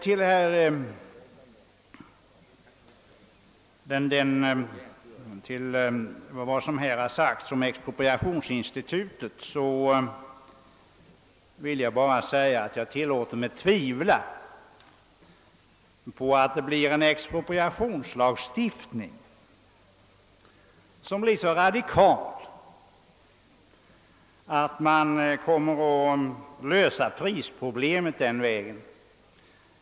Till vad som här har sagts om expropriationsinstitutet vill jag foga att jag tvivlar på att det kommer till stånd en expropriationslagstiftning som är så radikal, att prisproblemet löses den vägen.